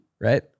right